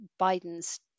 Biden's